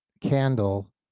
candle